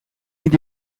niet